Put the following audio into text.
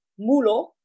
mulo